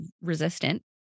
resistant